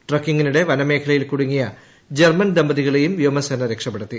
ട്രെക്കിങ്ങിനിടെ വനമേഖലയിൽ കുടുങ്ങിയ ജർമ്മൻ ദമ്പതിക്കളെയും വ്യോമസേന രക്ഷപ്പെടുത്തി